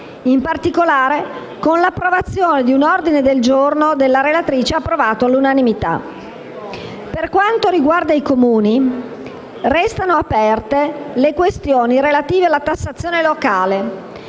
in particolare con l'approvazione di un ordine del giorno della relatrice approvato all'unanimità. Per quanto riguarda i Comuni restano aperte le questioni relative alla tassazione locale,